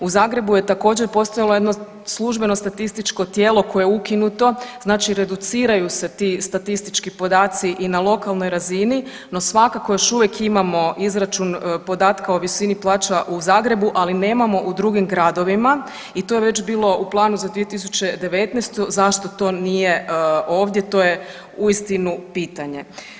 U Zagrebu je također postojalo jedno službeno statističko tijelo koje je ukinuto znači reduciraju se ti statistički podaci i na lokalnoj razini, no svakako još uvijek imamo izračun podatka o visini plaća u Zagrebu, ali nemamo u drugim gradovima i to je već bilo u planu za 2019., zašto to nije ovdje to je uistinu pitanje.